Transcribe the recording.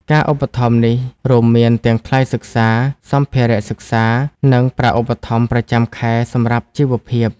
ការឧបត្ថម្ភនេះរួមមានទាំងថ្លៃសិក្សា សម្ភារៈសិក្សា និងប្រាក់ឧបត្ថម្ភប្រចាំខែសម្រាប់ជីវភាព។